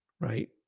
Right